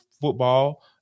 football